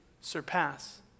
surpass